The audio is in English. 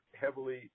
heavily